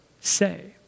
say